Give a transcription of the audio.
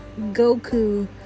Goku